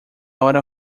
hora